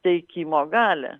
teikimo galią